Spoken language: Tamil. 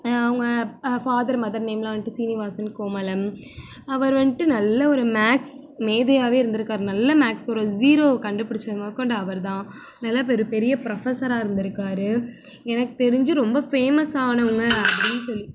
அவங்க ஃபாதர் மதர் நேம்லாம் வந்ட்டு சீனிவாசன் கோமளம் அவர் வந்துட்டு நல்ல ஒரு மேக்ஸ் மேதையாகவே இருந்துருக்கார் நல்லா மேக்ஸ் போடுறவரு ஜீரோவை கண்டுபிடிச்சது முதக்கொண்டு அவர்தான் நல்ல ஒரு பெரிய ப்ரொஃபசராக இருந்துருக்கார் எனக்கு தெரிந்து ரொம்ப ஃபேமஸ் ஆனவங்கள் அப்படின்னு சொல்லி